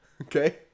Okay